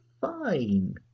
fine